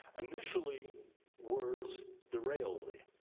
initially words derailed me.